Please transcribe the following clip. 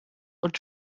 und